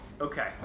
Okay